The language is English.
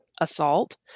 assault